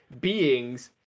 beings